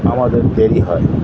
আমাদের দেরি হয়